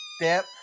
step